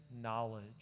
knowledge